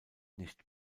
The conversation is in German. nicht